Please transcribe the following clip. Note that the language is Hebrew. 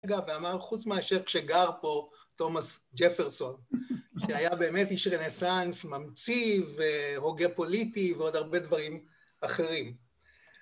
ואמר, חוץ מאשר כשגר פה תומאס ג'פרסון שהיה באמת איש רנסאנס ממציא והוגה פוליטי ועוד הרבה דברים אחרים